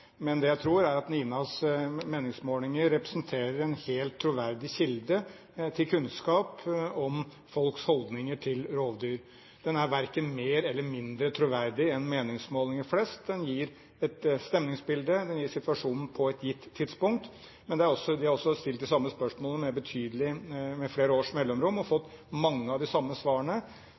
Men det jeg tror, er at NINAs meningsmålinger representerer en helt troverdig kilde til kunnskap om folks holdninger til rovdyr. Den er verken mer eller mindre troverdig enn meningsmålinger flest. Den gir et stemningsbilde, den gir situasjonen på et gitt tidspunkt, men de har også stilt de samme spørsmålene med flere års mellomrom og fått mange av de samme svarene.